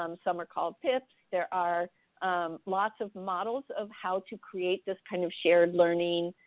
um some are called pips. there are lots of models of how to create this kind of shared learning